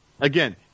again